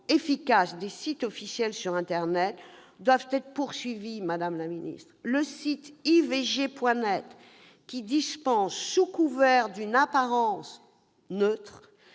des sites officiels sur internet doivent être poursuivis. Dans le cadre de recherches, le site ivg.net, qui dispense, sous couvert d'une apparence neutre,